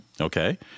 Okay